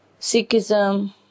Sikhism